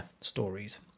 stories